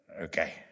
Okay